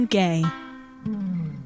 gay